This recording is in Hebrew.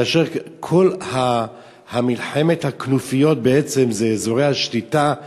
כאשר כל מלחמת הכנופיות היא בעצם על אזורי השליטה,